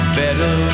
better